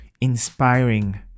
inspiring